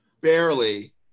Barely